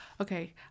Okay